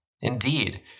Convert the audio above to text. Indeed